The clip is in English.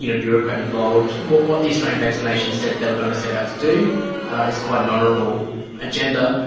you know bureaucrat involved, what what the australian vaccination said they were going to set out to do is quite an honourable agenda.